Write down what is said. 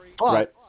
right